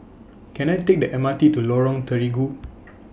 Can I Take The M R T to Lorong Terigu